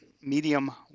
medium